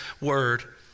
word